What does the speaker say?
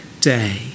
day